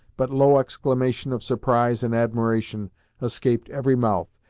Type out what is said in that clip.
but low exclamation of surprise and admiration escaped every mouth,